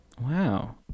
Wow